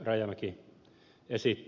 rajamäki esitti